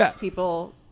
people